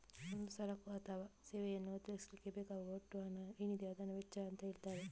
ಒಂದು ಸರಕು ಅಥವಾ ಸೇವೆಯನ್ನ ಒದಗಿಸ್ಲಿಕ್ಕೆ ಬೇಕಾಗುವ ಒಟ್ಟು ಹಣ ಏನಿದೆ ಅದನ್ನ ವೆಚ್ಚ ಅಂತ ಹೇಳ್ತಾರೆ